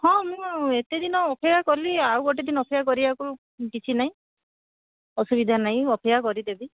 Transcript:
ହଁ ମୁଁ ଏତେ ଦିନ ଅପେକ୍ଷା କଲି ଆଉ ଗୋଟେ ଦିନ ଅପେକ୍ଷା କରିଆକୁ କିଛି ନାହିଁ ଅସୁବିଧା ନାହିଁ ଅପେକ୍ଷା କରିଦେବି